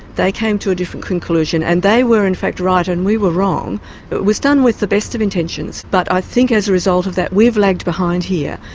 they came to a different conclusion. and they were in fact right and we were wrong. it was done with the best of intentions but i think as a result of that we've lagged behind here.